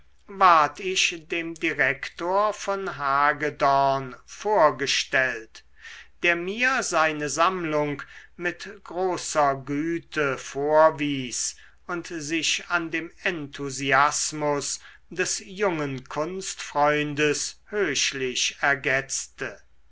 ward ich dem direktor von hagedorn vorgestellt der mir seine sammlung mit großer güte vorwies und sich an dem enthusiasmus des jungen kunstfreundes höchlich ergetzte